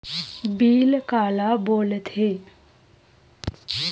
Bill काला बोल थे?